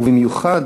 ובמיוחד